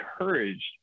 encouraged